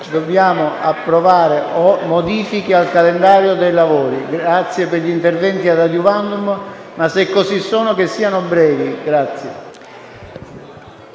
Dobbiamo approvare modifiche al calendario dei lavori. Ringrazio per gli interventi *ad adiuvandum*. Se così sono, che siano brevi. Ne